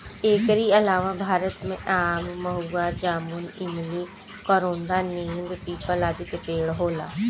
एकरी अलावा भारत में आम, महुआ, जामुन, इमली, करोंदा, नीम, पीपल, आदि के पेड़ होला